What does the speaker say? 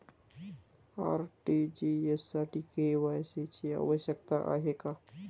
RTGS साठी KYC ची आवश्यकता आहे का?